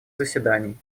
заседаний